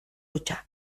hutsa